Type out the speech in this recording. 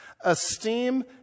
Esteem